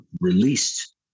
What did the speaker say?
released